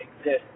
exist